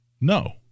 No